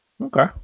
Okay